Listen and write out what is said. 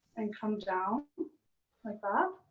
and come down like that.